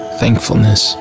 thankfulness